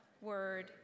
word